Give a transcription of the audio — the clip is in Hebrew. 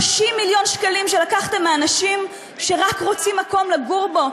30 מיליון שקלים שלקחתם מאנשים שרק רוצים מקום לגור בו,